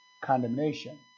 condemnation